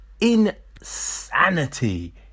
insanity